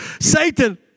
Satan